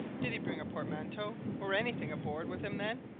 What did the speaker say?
did he bring a portmanteau or anything aboard with him, then?